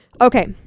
Okay